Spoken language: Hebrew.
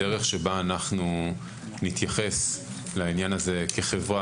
הדרך שבה אנחנו נתייחס לעניין הזה כחברה,